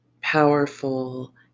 powerful